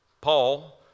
Paul